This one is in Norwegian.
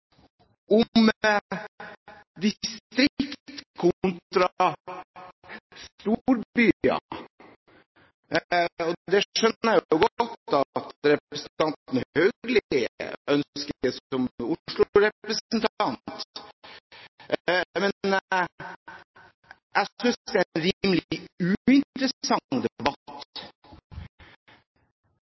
om distrikt kontra storbyer. Det skjønner jeg godt at representanten Haugli ønsker som Oslo-representant, men jeg synes det er en rimelig uinteressant debatt.